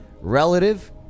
relative